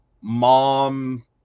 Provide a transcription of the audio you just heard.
mom